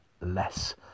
less